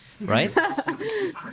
right